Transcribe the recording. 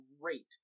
great